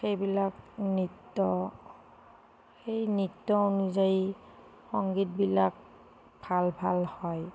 সেইবিলাক নৃত্য় সেই নৃত্য় অনুযায়ী সংগীতবিলাক ভাল ভাল হয়